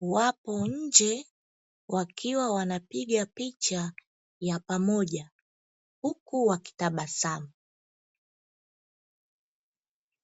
wapo nje wakiwa wanapiga picha ya pamoja huku wakitabasamu.